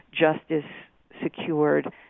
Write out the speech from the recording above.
justice-secured